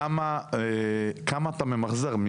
כמה אתה ממחזר,